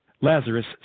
Lazarus